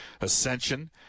ascension